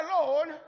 alone